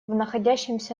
находящемся